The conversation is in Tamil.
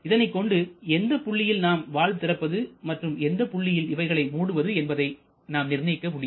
இதனைக் கொண்டு எந்த புள்ளியில் நாம் வால்வு திறப்பது மற்றும் எந்த புள்ளியில் இவைகளை மூடுவது என்பதை நாம் நிர்ணயிக்க முடியும்